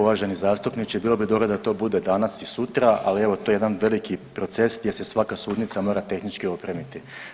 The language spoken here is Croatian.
Uvaženi zastupniče, bilo bi dobro da to bude danas i sutra, ali evo to je jedan veliki proces gdje se svaka sudnica mora tehnički opremiti.